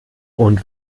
und